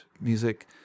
music